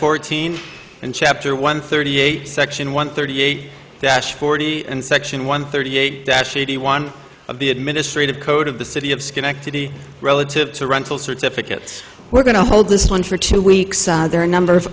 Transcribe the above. fourteen and chapter one thirty eight section one thirty eight that's forty and section one thirty eight dash eighty one of the administrative code of the city of schenectady relative to rental certificates we're going to hold this one for two weeks there are a number of